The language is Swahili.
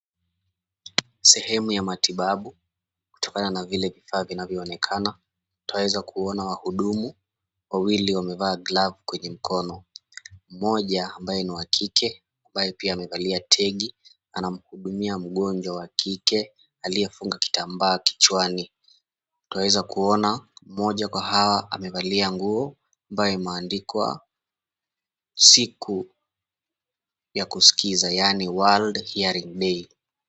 Sehemu ya matibabu kutokana na vile vifaa vinavyoonekana. Twaweza kuona wahudumu wawili wamevaa glavu kwenye mkono; mmoja ambaye ni wa kike ambaye pia amevalia tegi anamhudumia mgonjwa wa kike aliyefunga kitambaa kichwani. Twaweza kuona mmoja kwa hawa amevalia nguo ambayo imeandikwa siku ya kuskiza yaaani, World Hearing Day.